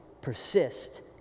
persist